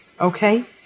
Okay